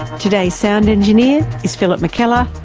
today's sound engineer is phillip mckellar.